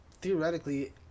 theoretically